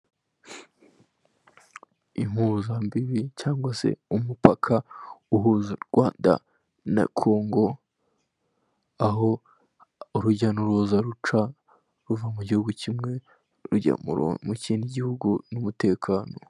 Impuzambibi cyangwa se umupaka uhuza u Rwanda na Kongo, aho urujya n'uruza ruca ruva mu gihugu kimwe rujya mu kindi gihugu n'umutekano.